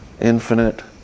infinite